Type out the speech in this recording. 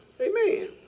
Amen